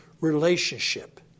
relationship